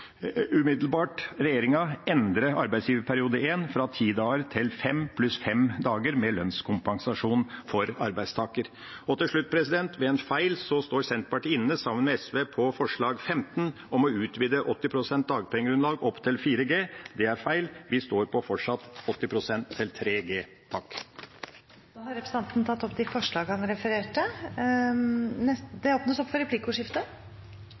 endre arbeidsgiverperiode 1 fra ti dager til fem dager pluss fem dager med lønnskompensasjon for arbeidstaker. Helt til slutt: Ved en feil står Senterpartiet inne sammen med SV på forslag nr. 15, om å utvide 80 pst. av dagpengegrunnlag opp til 4G. Det er feil. Vi står på fortsatt 80 pst. til 3G. Representanten Per Olaf Lundteigen har tatt opp de forslagene han refererte til. Det blir replikkordskifte.